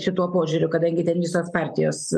šituo požiūriu kadangi ten visos partijos